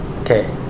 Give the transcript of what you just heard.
okay